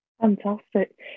Fantastic